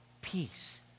peace